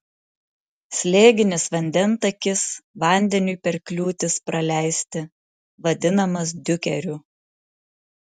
slėginis vandentakis vandeniui per kliūtis praleisti vadinamas diukeriu